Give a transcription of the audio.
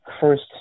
First